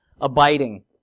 Abiding